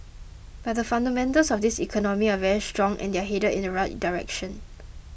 but the fundamentals of this economy are very strong and they're headed in the right direction